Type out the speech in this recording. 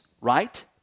right